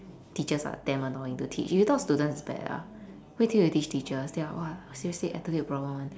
teachers are damn annoying to teach you thought students is bad ah wait till you teach teachers they are !walao! seriously attitude problem [one]